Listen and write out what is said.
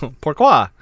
Pourquoi